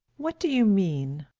what do you mean?